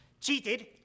cheated